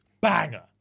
banger